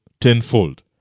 tenfold